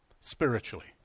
spiritually